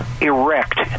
erect